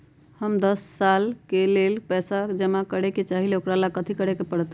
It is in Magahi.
हम दस साल के लेल पैसा जमा करे के चाहईले, ओकरा ला कथि करे के परत?